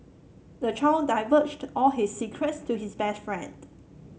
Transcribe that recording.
the child divulged all his secrets to his best friend